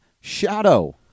Shadow